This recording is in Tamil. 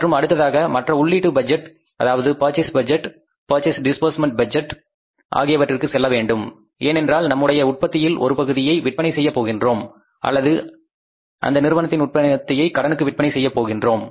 மற்றும் அடுத்ததாக மற்ற உள்ளீட்டு பட்ஜெட் அதாவது purchase budget purchase disbursement budget ஆகியவற்றிற்கு செல்லவேண்டும் ஏனென்றால் நம்முடைய உற்பத்தியில் ஒரு பகுதியை விற்பனை செய்யப் போகின்றோம் அல்லது அந்த நிறுவனத்தின் உற்பத்தியை கடனுக்கு விற்பனை செய்யப் போகின்றோம்